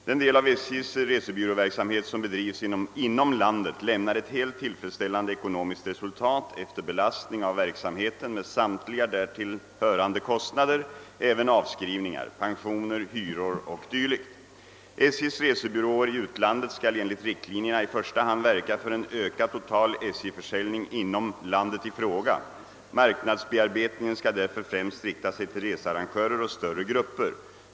Den del av SJ:s resebyråverksamhet som bedrivs inom landet lämnar ett helt tillfredsställande ekonomiskt resultat efter belastning av verksamheten med samtliga därtill hörande kostnader, även avskrivningar, pensioner, hyror o. d. SJ:s resebyråer i utlandet skall enligt riktlinjerna i första hand verka för en ökad total SJ-försäljning inom landet i fråga. Marknadsbearbetningen skall därför främst rikta sig till researrangörer och större grupper.